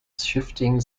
shifting